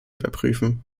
überprüfen